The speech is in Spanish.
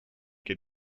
que